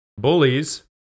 bullies